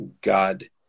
God